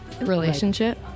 relationship